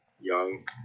young